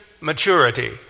maturity